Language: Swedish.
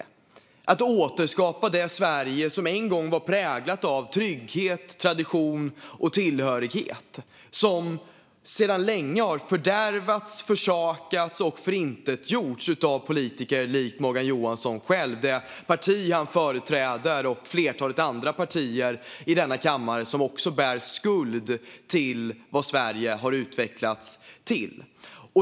Vi vill återskapa det Sverige som en gång var präglat av trygghet, tradition och tillhörighet och som sedan länge har fördärvats, försakats och tillintetgjorts av politiker som Morgan Johansson, det parti han företräder och flertalet andra partier i denna kammare som också bär skuld för hur Sverige har utvecklats.